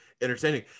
entertaining